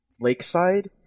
lakeside